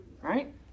Right